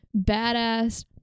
badass